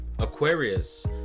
Aquarius